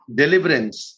deliverance